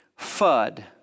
FUD